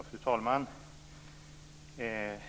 Fru talman!